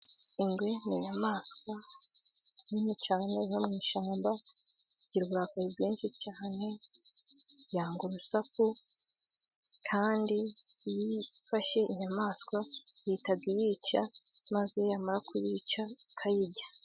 Ingwe ni inyamaswa nini cyane yo mu ishyamba, igira uburarakari bwinshi cyane, yanga urusaku, kandi iyo ifashe inyamaswa, ihita iyica, maze yamara kuyica ikayirya.